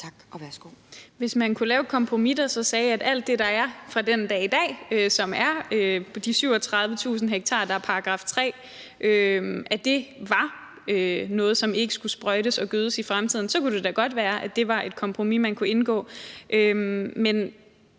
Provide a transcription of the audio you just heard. Tak. Og værsgo.